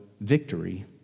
victory